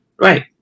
Right